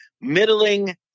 middling